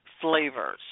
flavors